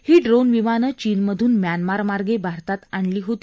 ही drone विमानं चीनमधून म्यानमारमार्गे भारतात आणली जात होती